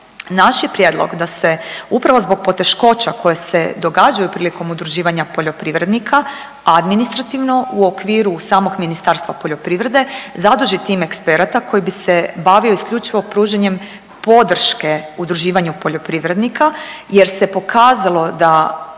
Naš je prijedlog da se upravo zbog poteškoća koje se događaju prilikom udruživanja poljoprivrednika administrativno u okviru samog Ministarstva poljoprivrede zadrži tim eksperata koji se bavio isključivo pružanjem podrške udruživanju poljoprivrednika jer se pokazalo da